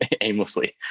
aimlessly